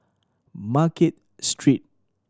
Market Street